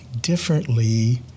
differently